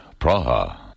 Praha